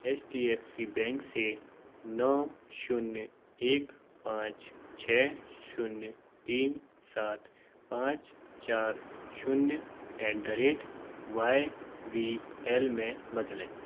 H D F C bank से नौ शून्य एक पाँच छः शून्य तीन सात पाँच चार शून्य at the rate Y V L में बदलें